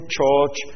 church